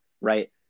right